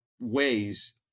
ways